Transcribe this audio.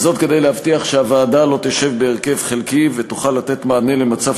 וזאת כדי להבטיח שהוועדה לא תשב בהרכב חלקי ותוכל לתת מענה במצב